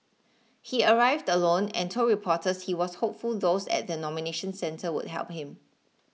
he arrived alone and told reporters he was hopeful those at the nomination centre would help him